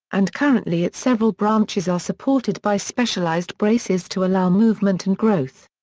and currently its several branches are supported by specialized braces to allow movement and growth.